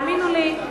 האמינו לי,